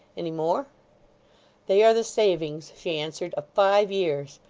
any more they are the savings she answered, of five years.